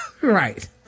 right